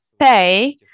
pay